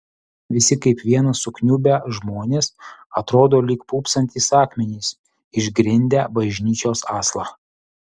visi kaip vienas sukniubę žmonės atrodo lyg pūpsantys akmenys išgrindę bažnyčios aslą